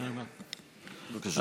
בבקשה.